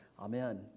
Amen